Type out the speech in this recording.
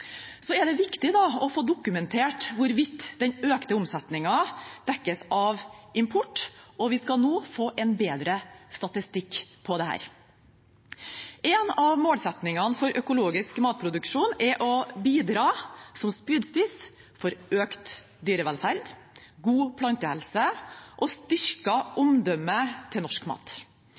Så er det viktig å få dokumentert hvorvidt den økte omsetningen dekkes av import, og vi skal nå få en bedre statistikk på dette. En av målsettingene for økologisk matproduksjon er å bidra som spydspiss for økt dyrevelferd, god plantehelse og styrket omdømme til norsk mat.